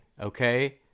okay